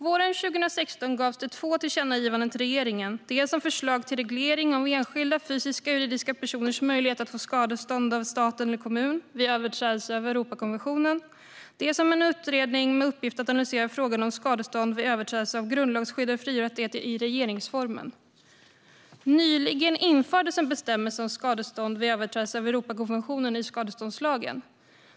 Våren 2016 gavs det två tillkännagivanden till regeringen, dels om förslag till reglering av enskilda fysiska och juridiska personers möjlighet att få skadestånd av stat eller kommun vid överträdelse av Europakonventionen, dels om en utredning med uppgift att analysera frågan om skadestånd vid överträdelse av grundlagsskyddade fri och rättigheter i regeringsformen. Nyligen infördes en bestämmelse om skadestånd vid överträdelser av Europakonventionen i skadeståndslagen.